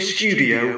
Studio